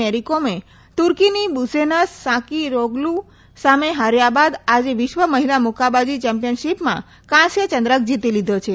મેરી કોમે તુર્કીની બુસેનાઝ સાંકી રોગ્લુ સામે હાર્યા બાદ આજે વિશ્વ મહિલા મુક્કાબાજી ચેમ્પિયનશીપમાં કાંસ્ય ચંદ્રક જીતી લીધો છે